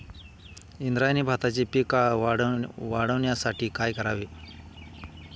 इंद्रायणी भाताचे पीक वाढण्यासाठी काय करावे?